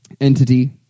entity